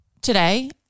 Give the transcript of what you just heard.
today